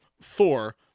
Thor